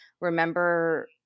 remember